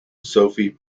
sophie